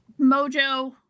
Mojo